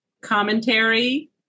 commentary